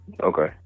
Okay